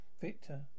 Victor